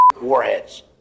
warheads